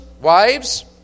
wives